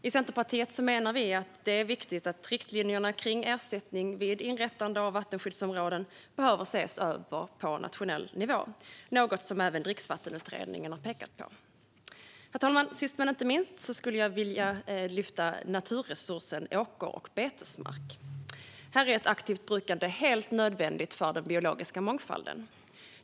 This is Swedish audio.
Vi i Centerpartiet menar att riktlinjerna kring ersättning vid inrättande av vattenskyddsområden behöver ses över på nationell nivå, något som även Dricksvattenutredningen har pekat på. Herr talman! Sist men inte minst vill jag lyfta fram naturresursen åker och betesmark. Här är ett aktivt brukande helt nödvändigt för den biologiska mångfalden.